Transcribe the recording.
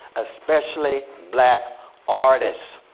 especially black artists.